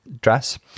dress